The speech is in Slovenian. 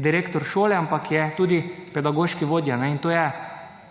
direktor šole, ampak je tudi pedagoški vodja